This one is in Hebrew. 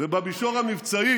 ובמישור המבצעי